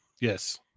Yes